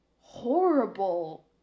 Horrible